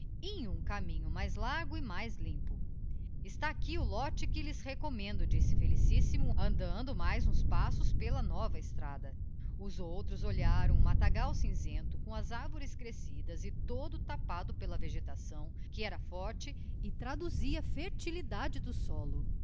em um caminho mais largo e mais iimpo esta aqui o lote que lhes recommendo disse felicíssimo andando mais uns passos pela nova estrada os outros olharam um mattagal cinzento com as arvores crescidas e todo tapado pela vegetação que era forte e traduzia a fertilidade do solo